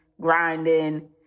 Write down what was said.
grinding